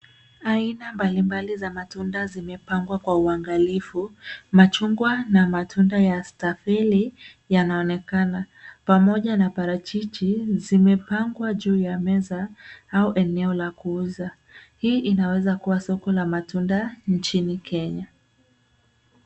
Aina mbali mbali za matunda zimepangwa kwa uangalifu. Machungwa na matunda ya stafeli yanaonekana, pamoja na parachichi zimepangwa juu ya meza au eneo la kuuza. Hii inaweza kua soko la matunda nchini Kenya.